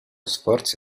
sforzi